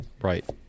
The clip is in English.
Right